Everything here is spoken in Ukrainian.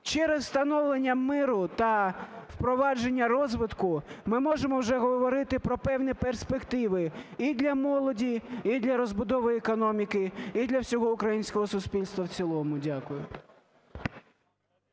через встановлення миру та впровадження розвитку ми можемо вже говорити про певні перспективи і для молоді, і для розбудови економіки, і для всього українського суспільства в цілому. Дякую.